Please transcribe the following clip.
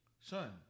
son